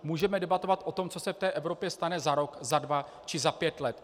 Můžeme debatovat o tom, co se v té Evropě stane za rok, za dva či za pět let.